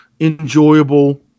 enjoyable